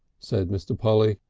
said mr. polly.